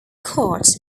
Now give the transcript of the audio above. cot